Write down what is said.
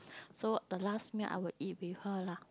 so the last meal I would eat with her lah